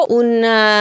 una